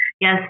Yes